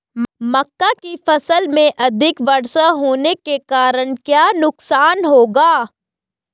मक्का की फसल में अधिक वर्षा होने के कारण क्या नुकसान होगा?